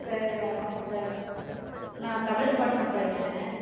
sir வணக்கம் sir நான் Tamil department படிக்கிறேன்